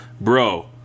bro